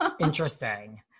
Interesting